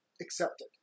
accepted